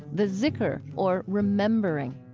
the zikr, or remembering.